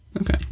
Okay